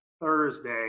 Thursday